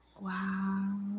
wow